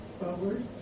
forward